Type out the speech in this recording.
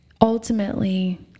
ultimately